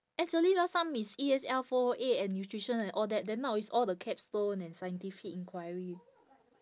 actually last time is E_S_L four O eight and nutrition and all that then now it's all the capstone and scientific inquiry